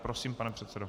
Prosím, pane předsedo.